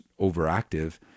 overactive